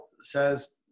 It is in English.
says